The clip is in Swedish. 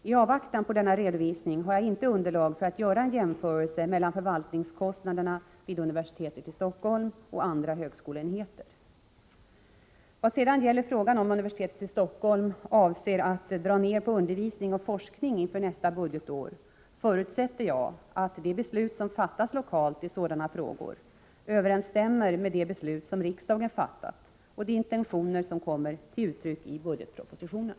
I avvaktan på denna redovisning har jag inte underlag för att göra en jämförelse mellan förvaltningskostnaderna vid universitetet i Stockholm och kostnaderna vid andra högskoleenheter. Vad sedan gäller frågan om huruvida universitetet i Stockholm avser att dra ner på undervisning och forskning inför nästa budgetår förutsätter jag att de beslut som fattas lokalt i sådana frågor överensstämmer med de beslut som riksdagen fattat och de intentioner som kommit till uttryck i budgetpropositionen.